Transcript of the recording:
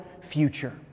future